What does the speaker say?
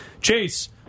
chase